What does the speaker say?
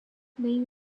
nem